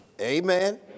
Amen